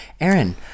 Aaron